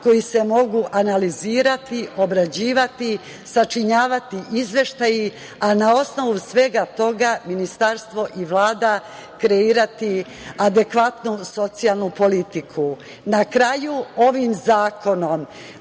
koji se mogu analizirati, obrađivati, sačinjavati izveštaji, a na osnovu svega toga Ministarstvo i Vlada kreirati adekvatnu socijalnu politiku. Na kraju, ovim zakonom